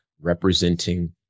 representing